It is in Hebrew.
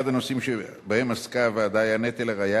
אחד הנושאים שבהם עסקה הוועדה היה נטל הראיה